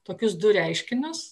tokius du reiškinius